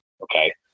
Okay